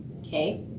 okay